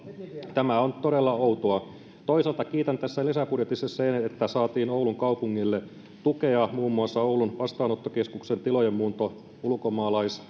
tämä on todella outoa toisaalta kiitän tässä lisäbudjetissa siitä että saatiin oulun kaupungille tukea muun muassa oulun vastaanottokeskuksen tilojen muuntoon ulkomaalaisten